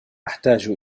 أحتاج